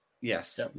yes